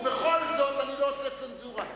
ובכל זאת, אני לא עושה צנזורה.